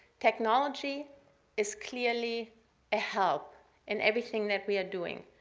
technology is clearly a help in everything that we are doing.